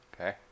okay